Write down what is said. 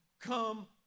come